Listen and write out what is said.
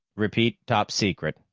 repeat topsecret.